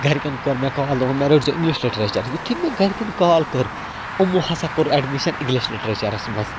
گَرِکٮ۪ن کٔر مےٚ کال دوٚپ مےٚ رٔٹۍزیو اِنٛگلِش لِٹریٚچر یُتھٕے مےٚ گَرِکٮ۪ن کال کٔر یِمو ہَسا کوٚر اڈمِشن اِنٛگلِش لِٹریٚچرس منٛز